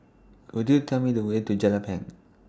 Could YOU Tell Me The Way to Jelapang